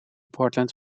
portland